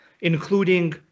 including